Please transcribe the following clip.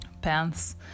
pants